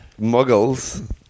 Muggles